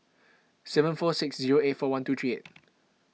seven four six zero eight four one two three eight